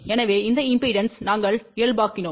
எனவே இந்த இம்பெடன்ஸை நாங்கள் இயல்பாக்கினோம்